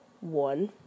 One